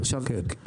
כן, כן.